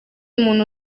muntu